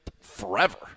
Forever